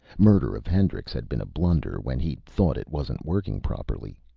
murder of hendrix had been a blunder when he'd thought it wasn't working properly.